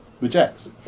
rejects